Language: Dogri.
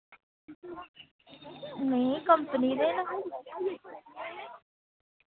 नेईं कंपनी दे न